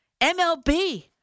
MLB